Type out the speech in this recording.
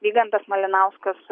vygantas malinauskas